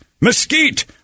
Mesquite